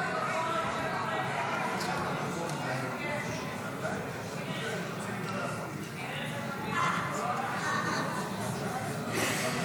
להלן תוצאות ההצבעה: 45 בעד, 55 נגד.